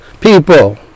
people